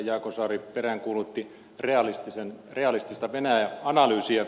jaakonsaari peräänkuulutti realistista venäjä analyysiä